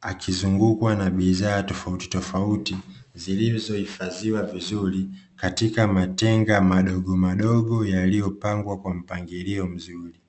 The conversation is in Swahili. akizungukwa na bidhaa tofauti tofauti zilizohifadhiwa vizuri katika matenga madogo madogo yaliyopangwa kwa mpangilio mzuri.